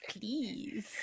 please